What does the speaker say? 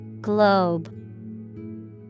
Globe